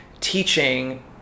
teaching